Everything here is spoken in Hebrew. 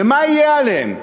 ומה יהיה עליהם?